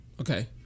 Okay